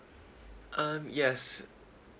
um yes